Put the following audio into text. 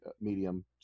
medium